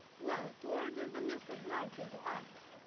well, to order the mess of life into art.